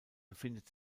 befindet